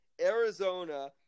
Arizona